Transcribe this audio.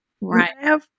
Right